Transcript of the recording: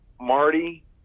Marty